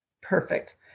Perfect